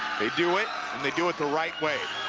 they do it, and they do it the right away.